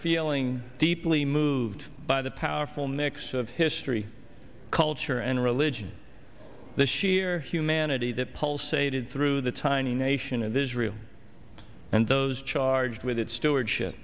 feeling deeply moved by the powerful mix of history culture and religion the sheer humanity that pulsated through the tiny ition of israel and those charged with that stewardshi